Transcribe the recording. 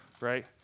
right